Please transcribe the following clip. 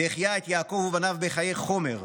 והחיה את יעקב ובניו בחיי החומר,